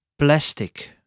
Plastic